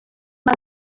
uma